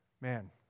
man